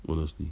honestly